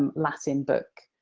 um latin book,